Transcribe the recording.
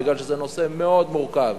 כי זה נושא מאוד מורכב,